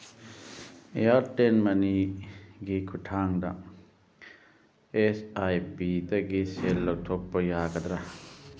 Airtel ꯃꯅꯤꯒꯤ ꯈꯨꯊꯥꯡꯗ S I ꯄꯤꯗꯒꯤ ꯁꯦꯜ ꯂꯧꯊꯣꯛꯄ ꯌꯥꯒꯗ꯭ꯔꯥ